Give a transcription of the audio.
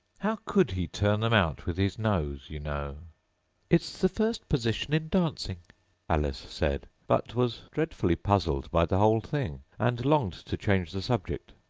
how could he turn them out with his nose, you know it's the first position in dancing alice said but was dreadfully puzzled by the whole thing, and longed to change the subject.